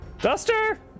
Duster